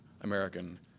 American